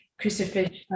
crucifix